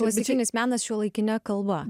klasikinis menas šiuolaikine kalba